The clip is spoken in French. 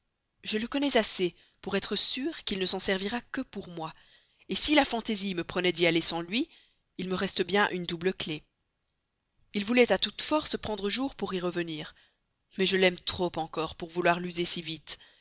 je le connais assez pour être sûre qu'il ne s'en servira que pour moi si la fantaisie me prenait d'y aller sans lui il me reste bien une double clef il voulait à toute force prendre jour pour y revenir mais je l'aime trop encore pour vouloir l'user si vite